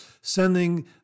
Sending